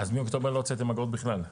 אז מאוקטובר לא הוצאתם אגרות בכלל?